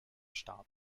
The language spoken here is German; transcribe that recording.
starb